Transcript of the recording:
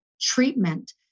treatment